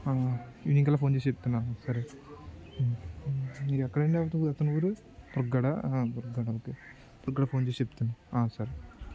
ఈవినింగ్కు అలా ఫోన్ చేసి చెప్తున్నాను సరే మీరు ఎక్కడ అండి అతని ఊరు ఉగ్గడ ఓకే ఉగ్గడ ఫోన్ చేసి చెప్తాను సరే